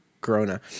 corona